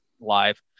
live